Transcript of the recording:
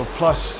plus